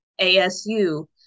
ASU